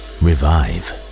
revive